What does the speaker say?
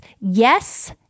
yes